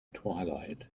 twilight